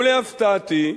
ולהפתעתי,